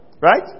Right